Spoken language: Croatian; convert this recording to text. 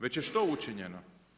Već je što učinjeno?